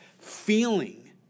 feeling